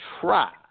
try